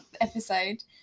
episode